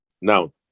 now